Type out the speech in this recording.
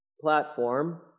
platform